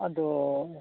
ᱟᱫᱚ